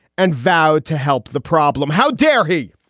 and vowed to help the problem. how dare he?